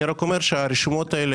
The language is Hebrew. אני רק אומר שהרשימות האלה,